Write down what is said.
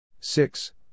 six